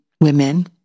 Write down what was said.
women